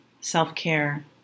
self-care